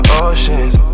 oceans